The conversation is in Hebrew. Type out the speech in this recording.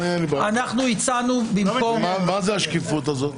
שיבקש תלוש, מה הבעיה?